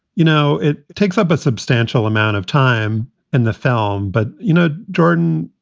you know, it takes up a substantial amount of time in the film. but, you know, jordan,